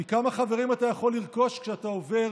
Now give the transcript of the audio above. כי כמה חברים אתה יכול לרכוש כשאתה עובר